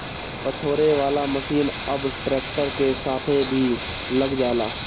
पछोरे वाला मशीन अब ट्रैक्टर के साथे भी लग जाला